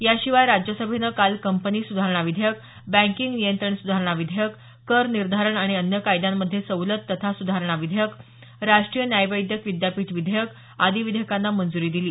याशिवाय राज्यसभेनं काल कंपनी सुधारणा विधेयक बँकिंग नियंत्रण सुधारणा विधेयक कर निर्धारण आणि अन्य कायद्यांमध्ये सवलत तथा सुधारणा विधेयक राष्ट्रीय न्यायवैद्यक विद्यापीठ विधेयक आदी विधेयकांना मंजुरी दिली